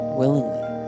willingly